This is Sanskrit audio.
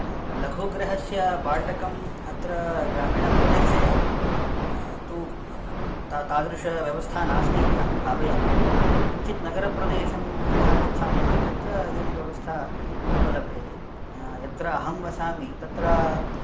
लघुगृहस्य बाटकं अत्र ग्रामीणप्रदेशे तु तादृशव्यवस्था नास्ति इति अहं भावयामि किञ्चित् नगरप्रदेशं यथा गच्छामः तत्र इयं व्यवस्था उपलभ्यते यत्र अहं वसामि तत्र